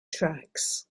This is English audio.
tracks